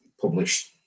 published